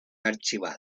archivado